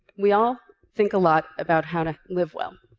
we all think a lot about how to live well.